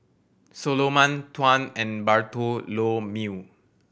Soloman Tuan and Bartholomew